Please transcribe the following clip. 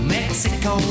Mexico